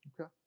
Okay